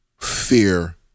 fear